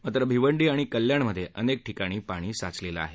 मात्र भिवंडी आणि कल्याणमध्ये अनेक ठिकाणं पाणी साचलेलं आहे